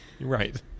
Right